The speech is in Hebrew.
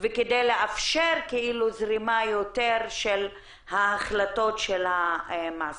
ולאפשר זרימה של החלטות המעסיקים.